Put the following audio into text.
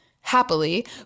happily